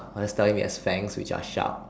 just telling him they have fangs which are sharp